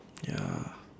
ya